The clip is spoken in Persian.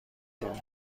دهم